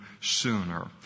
sooner